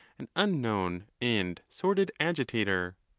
an unknown and sordid agitator.